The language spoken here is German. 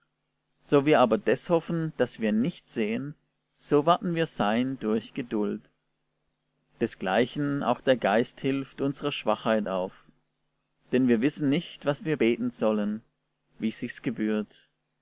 so wir aber des hoffen das wir nicht sehen so warten wir sein durch geduld desgleichen auch der geist hilft unsrer schwachheit auf denn wir wissen nicht was wir beten sollen wie sich's gebührt